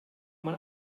man